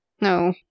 No